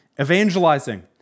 evangelizing